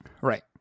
Right